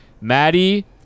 Maddie